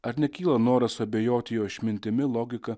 ar nekyla noras suabejoti jo išmintimi logika